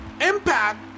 Impact